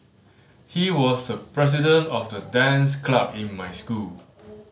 he was the president of the dance club in my school